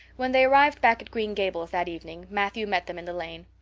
when they arrived back at green gables that evening matthew met them in the lane.